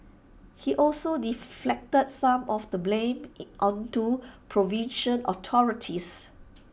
he also deflected some of the blame onto provincial authorities